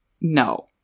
No